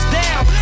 down